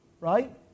Right